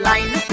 Line